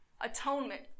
atonement